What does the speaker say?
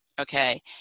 okay